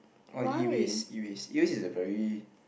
all the E waste E waste E waste is a very